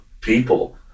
people